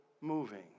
moving